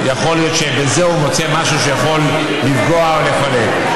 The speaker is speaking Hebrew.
יכול להיות שבזה הוא מוצא משהו שיכול לפגוע או לפלג.